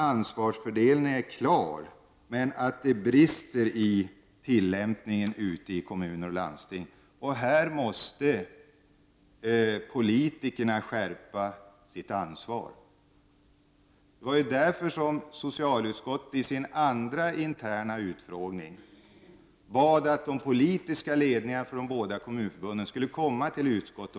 Ansvarsfördelningen är alltså klar. Det är tillämpningen ute i kommuner och landsting som brister. Här måste politikerna skärpa sitt ansvar. Det var anledningen till att socialutskottet vid sin andra interna utfrågning bad den politiska ledningen för de båda förbunden komma till utskottet.